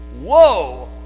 whoa